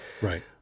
Right